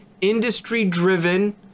industry-driven